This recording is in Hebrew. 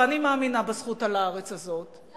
ואני מאמינה בזכות על הארץ הזאת,